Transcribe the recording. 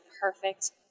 perfect